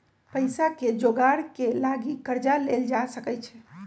पइसाके जोगार के लागी कर्जा लेल जा सकइ छै